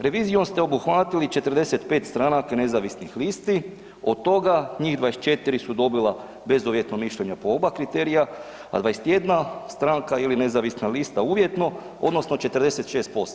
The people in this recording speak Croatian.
Revizijom ste obuhvatili 45 stranaka nezavisnih listi, od toga njih 24 su dobila bezuvjetno mišljenja po oba kriterija, a 21 stranka ili nezavisna lista uvjetno odnosno 46%